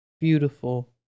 beautiful